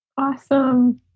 Awesome